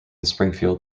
springfield